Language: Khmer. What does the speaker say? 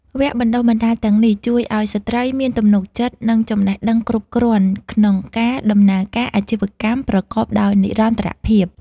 វគ្គបណ្តុះបណ្តាលទាំងនេះជួយឱ្យស្ត្រីមានទំនុកចិត្ត និងចំណេះដឹងគ្រប់គ្រាន់ក្នុងការដំណើរការអាជីវកម្មប្រកបដោយនិរន្តរភាព។